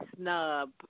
snub